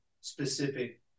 specific